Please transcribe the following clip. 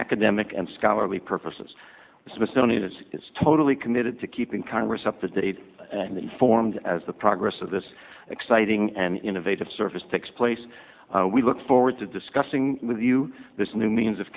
academic and scholarly purposes the smithsonian is totally committed to keeping congress up to date and informed as the progress of this exciting and innovative service takes place we look forward to discussing with you this new means of